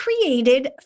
created